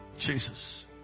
Jesus